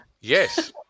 Yes